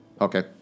Okay